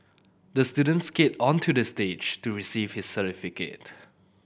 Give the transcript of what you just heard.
the student skate onto the stage to receive his certificate